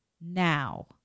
now